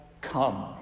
come